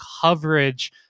coverage